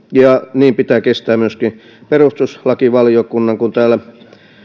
niin pitää kestää myöskin perustuslakivaliokunnan kun täällä